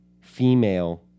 female